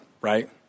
right